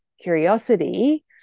curiosity